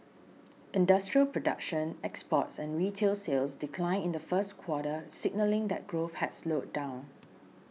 industrial production exports and retail sales declined in the first quarter signalling that growth had slowed down